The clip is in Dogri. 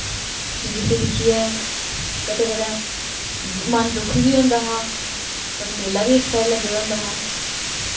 कि जिस्सी दिक्खियै कदैं कदैं मन दुखी बी होंदा हा पर मेला बी इक साईड लग्गे दा होंदा हा